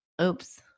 oops